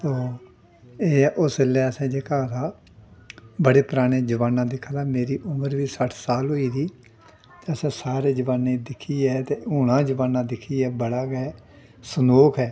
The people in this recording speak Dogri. तो एह् उसलै असें जेह्का हा बड़ा पराना जमान्ना दिक्खे दा मेरी उमर बी सट्ठ साल होई दी ते असें सारे जमान्ने दिक्खियै ते हूनां दा जमान्ना दिक्खियै बड़ा गै सनोख ऐ